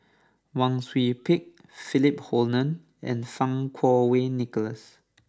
Wang Sui Pick Philip Hoalim and Fang Kuo Wei Nicholas